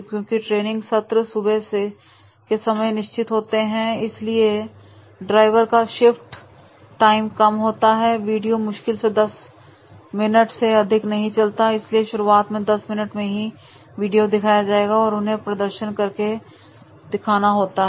क्योंकि ट्रेनिंग सत्र सुबह के समय निश्चित होते हैं इसलिए ड्राइवर का शिफ्ट टाइम कम होता है वीडियो मुश्किल से 10 मिनट से अधिक नहीं चलता इसलिए शुरुआत में 10 मिनट में ही वीडियो दिखाया जाएगा और उन्हें प्रदर्शन करके दिखाना होता है